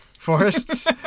forests